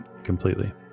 completely